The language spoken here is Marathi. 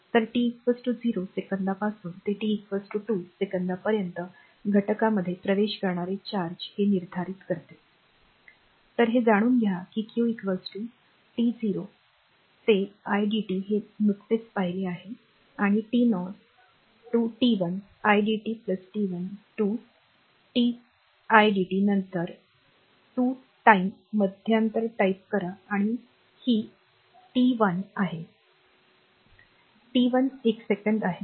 तर टी 0 सेकंदापासून ते टी 2 सेकंदापर्यंत घटकामध्ये प्रवेश करणारे चार्ज हे निर्धारित करते तर हे जाणून घ्या की q t0 ते idt हे नुकतेच पाहिले आहे आणि t 0 to t 1 idt t 1 to t i dt नंतर 2 टाइम मध्यांतर टाईप करा आणि ही टी 1 आहे टी 1 एक सेकंद आहे